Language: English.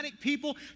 people